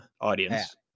Audience